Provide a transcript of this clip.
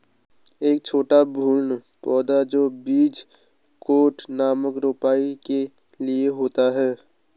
एक छोटा भ्रूण पौधा जो बीज कोट नामक रोपाई के लिए होता है